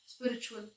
spiritual